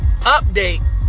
update